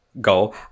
go